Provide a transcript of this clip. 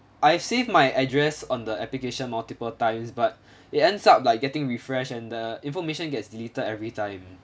I've saved my address on the application multiple times but it ends up like getting refresh and the information gets deleted everytime